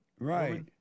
Right